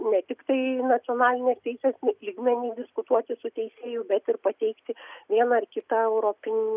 ne tiktai nacionalinės teisės lygmeny diskutuoti su teisėju bet ir pateikti vieną ar kita europinių